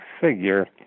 figure